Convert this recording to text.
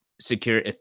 secure